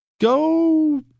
Go